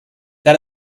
that